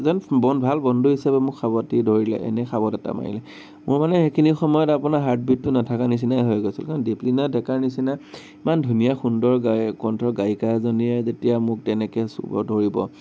এজন ভাল বন্ধু হিচাপে মোক সাৱটি ধৰিলে এনেই সাৱট এটা মাৰিলে মোৰ মানে সেইখিনি সময়ত আপোনাৰ হাৰ্ট বিটটো নাথাকা নিচিনাই হৈ গৈছিল দীপলিনা ডেকাৰ নিচিনা ইমান ধুনীয়া সুন্দৰ গায় কণ্ঠৰ গায়িকা এজনীয়ে যেতিয়া মোক তেনেকে চুব ধৰিব